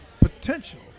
potential